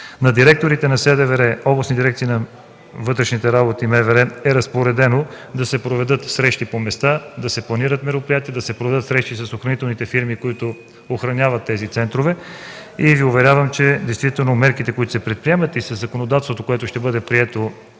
На директорите на СДВР, Областните дирекции на вътрешните работи – МВР, е разпоредено да се проведат срещи по места, да се планират мероприятия, да се проведат срещи с охранителните фирми, които охраняват тези центрове. Уверявам Ви, че действително мерките, които се приемат, и законодателството, което ще бъде прието